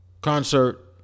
concert